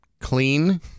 Clean